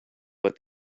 but